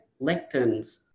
lectins